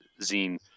zine